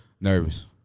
Nervous